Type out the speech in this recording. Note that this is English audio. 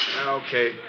Okay